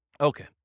Okay